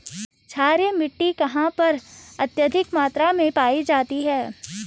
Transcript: क्षारीय मिट्टी कहां पर अत्यधिक मात्रा में पाई जाती है?